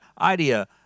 idea